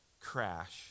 crash